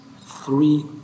three